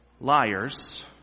liars